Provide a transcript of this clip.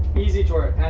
easy toward,